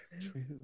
true